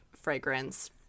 fragrance